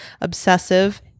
obsessive